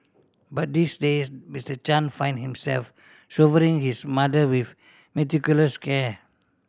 but these days Mister Chan find himself showering his mother with meticulous care